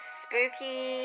spooky